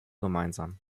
gemeinsam